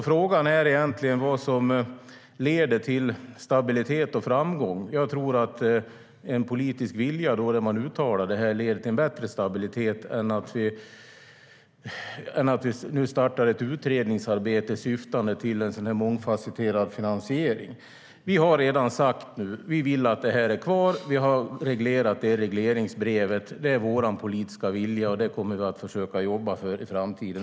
Frågan är egentligen vad som leder till stabilitet och framgång. Jag tror att en politisk vilja som man uttalar leder till bättre stabilitet än om vi startar utredningsarbete som syftar till en mångfasetterad finansiering. Vi har redan sagt: Vi vill att detta ska vara kvar. Vi har reglerat det i regleringsbrevet. Det är vår politiska vilja, och det kommer vi att försöka jobba för även i framtiden.